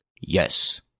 Yes